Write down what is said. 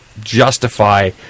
justify